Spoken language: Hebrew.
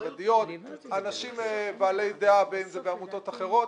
חרדיות; אנשים בעלי דעה, בין אם זה בעמותות אחרות.